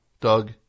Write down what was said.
Doug